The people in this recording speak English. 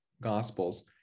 Gospels